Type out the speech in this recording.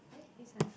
eh this one